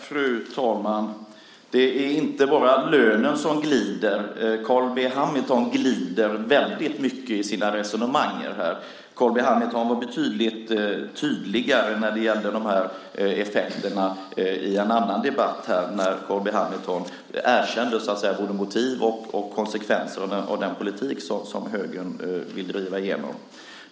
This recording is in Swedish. Fru talman! Det är inte bara lönen som glider. Carl B Hamilton glider väldigt mycket i sina resonemang här. Carl B Hamilton var betydligt tydligare när det gällde effekterna i en annan debatt, när han erkände både motiv för och konsekvenser av den politik som högern vill driva igenom.